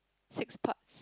six parts